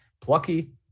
plucky